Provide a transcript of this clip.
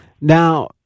Now